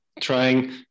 trying